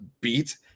beat